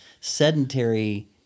sedentary